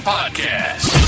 Podcast